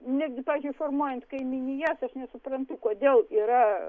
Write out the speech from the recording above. netgi pavyzdžiui formuojant kaimynijas aš nesuprantu kodėl yra